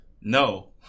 No